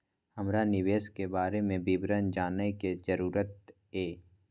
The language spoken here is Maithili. हमरा निवेश के बारे में विवरण जानय के जरुरत ये?